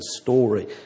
story